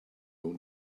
own